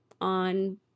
on